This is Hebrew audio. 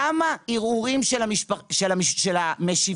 כמה ערעורים של המשיבים,